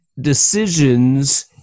decisions